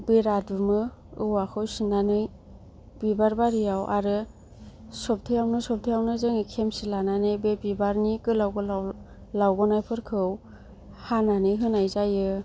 बेरा दुमो औवाखौ सिननानै बिबार बारियाव आरो सबथायावनो सबथायावनो जोङो खेमसि लानानै बे बिबारनि गोलाव गोलाव लावग'नायफोरखौ हानानै होनाय जायो